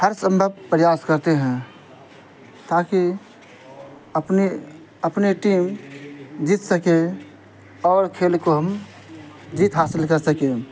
ہر سمبھو پریاس کرتے ہیں تاکہ اپنی اپنی ٹیم جیت سکے اور کھیل کو ہم جیت حاصل کر سکیں